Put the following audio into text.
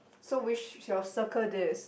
so we shall circle this